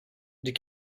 die